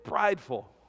prideful